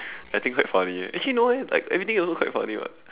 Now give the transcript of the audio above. I think quite funny eh actually no eh everything also quite funny [what]